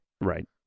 Right